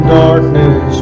darkness